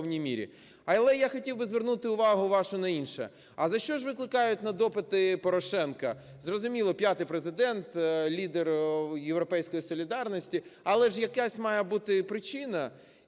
Але я хотів би звернути увагу вашу на інше. А за що ж викликають на допити Порошенка? Зрозуміло, п'ятий Президент, лідер "Європейської солідарності", але ж якась має бути причина.